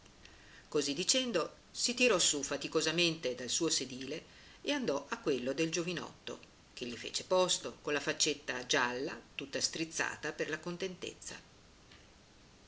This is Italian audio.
così dicendo si tirò su faticosamente dal suo sedile e andò a quello del giovinotto che gli fece posto con la faccetta gialla tutta strizzata per la contentezza